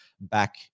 back